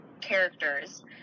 characters